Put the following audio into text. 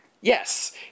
Yes